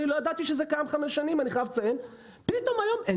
אני לא ידעתי שזה קיים חמש שנים ואין שום